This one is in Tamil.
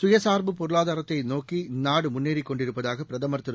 சுயசார்பு பொருளாதாரத்தை நோக்கி நாடு முன்னேறிக் கொண்டிருப்பதாக பிரதமர் திரு